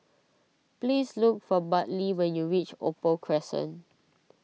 please look for Bartley when you reach Opal Crescent